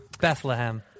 Bethlehem